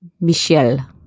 Michelle